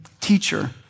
teacher